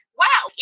wow